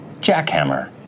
Jackhammer